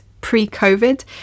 pre-COVID